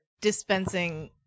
dispensing